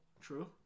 True